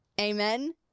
Amen